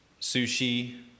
Sushi